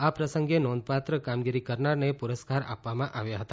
આ પ્રસંગે નોંધપાત્ર કામગીરી કરનારને પુરસ્કાર આપવામાં આવ્યા હતા